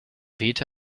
wehte